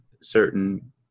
certain